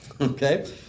Okay